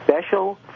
special